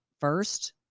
first